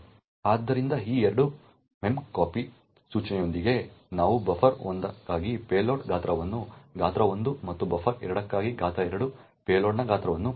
ಆದ್ದರಿಂದ ಈ 2 memcpy ಸೂಚನೆಗಳೊಂದಿಗೆ ನಾವು ಬಫರ್ 1 ಗಾಗಿ ಪೇಲೋಡ್ನ ಗಾತ್ರವನ್ನು ಗಾತ್ರ 1 ಮತ್ತು ಬಫರ್ 2 ಗಾಗಿ ಗಾತ್ರ 2 ಪೇಲೋಡ್ನ ಗಾತ್ರವನ್ನು ಪಡೆಯುತ್ತೇವೆ